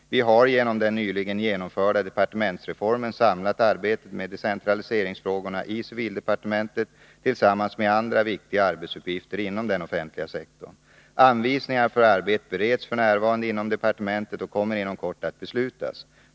Vi har genom den nyligen genomförda departementsreformen samlat arbetet med decentraliseringsfrågorna i civildepartementet tillsammans med andra viktiga arbetsuppgifter inom den offentliga sektorn. Anvisningar för arbetet bereds f. n. inom departementet och kommer inom kort att beslutas.